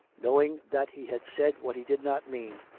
knowing that he had said what he did not mean,